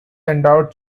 endowed